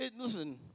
Listen